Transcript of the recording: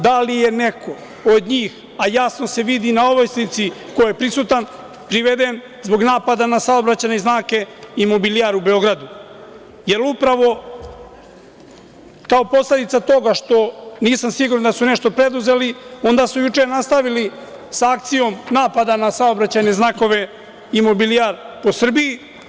Da li je neko od njih, a jasno se vidi na ovoj slici ko je prisutan, priveden zbog napada na saobraćajne znake, imobilijar, u Beogradu, jer upravo kao posledica toga što nisam siguran da su nešto preduzeli, onda su juče nastavili sa akcijom napada na saobraćajne znakove, imobilijar, u Srbiji?